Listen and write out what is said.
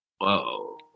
Whoa